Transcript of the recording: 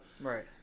Right